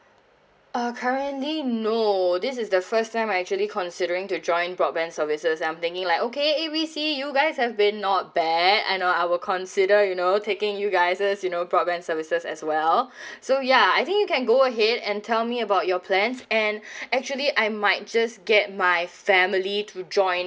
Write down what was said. uh currently no this is the first time I actually considering to join broadband services and I'm thinking like okay if we see you guys have been not bad I know I would consider you know taking you guys as you know broadband services as well so ya I think you can go ahead and tell me about your plans and actually I might just get my family to join